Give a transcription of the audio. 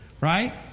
right